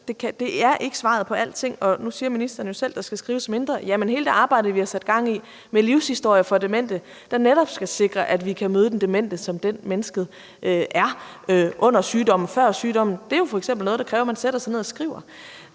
er, er ikke svaret på alting. Nu siger ministeren jo selv, at der skal skrives mindre – ja, men hele det arbejde, vi har sat gang i med at skrive de dementes livshistorier, der netop skal sikre, at vi kan møde de demente som de mennesker, de er under sygdommen og før sygdommen, er jo f.eks. noget, der kræver, at man sætter sig ned og skriver.